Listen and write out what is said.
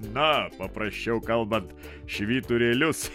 na paprasčiau kalbant švyturėlius